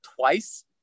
twice